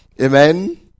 Amen